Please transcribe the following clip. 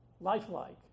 lifelike